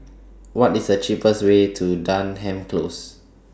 What IS The cheapest Way to Denham Close